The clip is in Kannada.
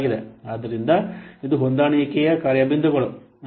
ಆದ್ದರಿಂದ ಇದು ಹೊಂದಾಣಿಕೆಯ ಕಾರ್ಯ ಬಿಂದುಗಳು